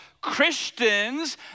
Christians